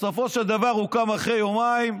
בסופו של דבר הוא קם אחרי יומיים,